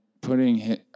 putting